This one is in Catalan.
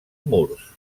murs